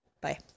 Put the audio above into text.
Bye